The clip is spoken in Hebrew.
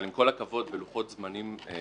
אבל עם כל הכבוד, בלוחות זמנים כאלה,